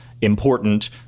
important